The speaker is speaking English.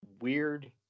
weird